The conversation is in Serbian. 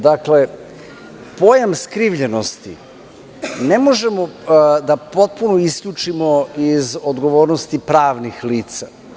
Dakle, problem skrivljenosti ne možemo potpuno da isključimo iz odgovornosti pravnih lica.